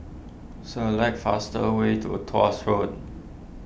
select fastest way to Tuas Road